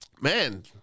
man